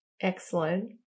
Excellent